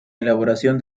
elaboración